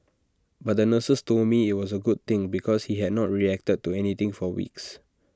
but the nurses told me IT was A good thing because he had not reacted to anything for weeks